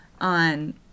on